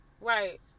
right